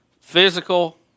physical